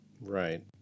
Right